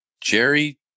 Jerry